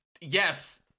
yes